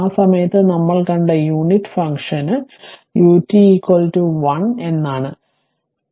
ആ സമയത്ത് നമ്മൾ കണ്ട യൂണിറ്റ് ഫംഗ്ഷന് ut 1 എന്നാണ്